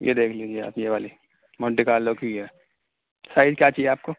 یہ دیکھ لیجیے آپ یہ والی مونٹی کارلو کی ہے سائز کیا چاہیے آپ کو